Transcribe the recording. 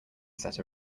set